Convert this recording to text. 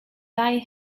die